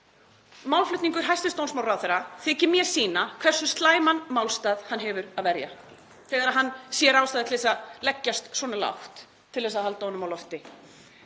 Málflutningur hæstv. dómsmálaráðherra þykir mér sýna hversu slæman málstað hann hefur að verja þegar hann sér ástæðu til þess að leggjast svona lágt til að halda honum á lofti.